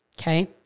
Okay